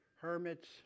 hermits